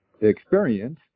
experience